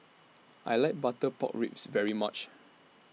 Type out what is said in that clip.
I like Butter Pork Ribs very much